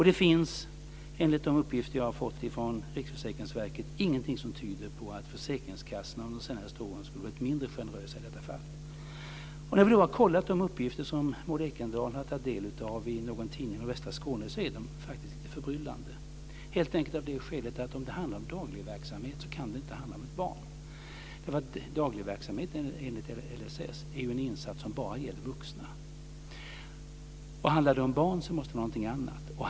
Det finns enligt de uppgifter som jag har fått från Riksförsäkringsverket ingenting som tyder på att försäkringskassorna under de senaste åren skulle ha varit mindre generösa i detta avseende. Jag har privat kontrollerat de uppgifter som Maud Ekendahl har tagit del av i någon tidning i västra Skåne, och de är faktiskt förbryllande. Skälet är det att om det handlar om dagligverksamhet kan det inte handla om barn. Dagligverksamhet enligt LSS är en insats som bara gäller vuxna. Handlar det om barn måste det vara fråga om någonting annat.